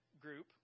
group